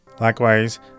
Likewise